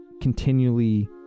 continually